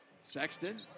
Sexton